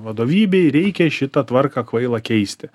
vadovybei reikia šitą tvarką kvailą keisti